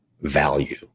value